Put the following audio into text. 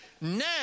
Now